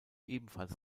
ebenfalls